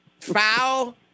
foul